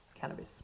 cannabis